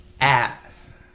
ass